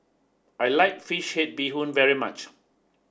I like Fish Head Bee Hoon very much